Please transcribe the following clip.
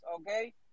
okay